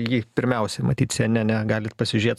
jį pirmiausiai matyt sy en ene galit pasižiūrėt